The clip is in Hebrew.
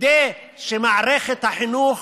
כדי שמערכת החינוך